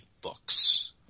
books